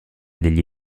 degli